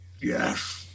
Yes